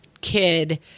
kid